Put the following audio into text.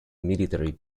military